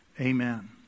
amen